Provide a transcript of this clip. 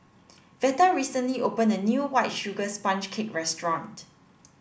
Veta recently opened a new white sugar sponge cake restaurant